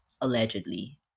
allegedly